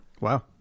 Wow